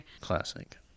Classic